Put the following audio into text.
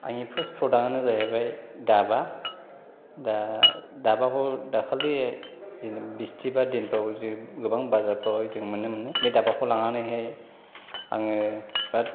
आंनि फार्स्ट प्रडाक्टआनो जाहैबाय दाबा दा दाबाखौ दाखालि बिस्तिबार दिनफोराव जों गोबां बाजारफ्रावहाय जों नुनो मोनो बे दाबाखौ लानानैहाय आङो बिराद